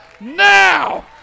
now